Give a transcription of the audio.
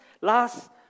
last